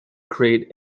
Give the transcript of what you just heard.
create